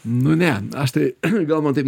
nu ne aš tai gal man taip